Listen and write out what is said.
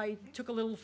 i took a little